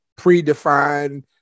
predefined